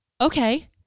okay